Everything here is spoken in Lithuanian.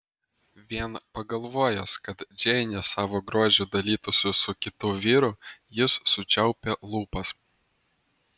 vien pagalvojęs kad džeinė savo grožiu dalytųsi su kitu vyru jis sučiaupė lūpas